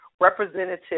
representative